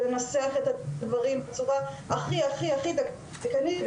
ולנסח את הדברים בצורה הכי הכי דקדקנית.